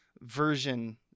version